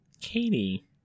Katie